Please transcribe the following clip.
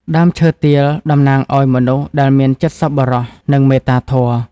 ដើមឈើទាលតំណាងឲ្យមនុស្សដែលមានចិត្តសប្បុរស និងមេត្តាធម៌។